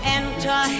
enter